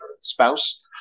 spouse